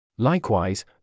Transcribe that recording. Likewise